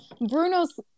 Bruno's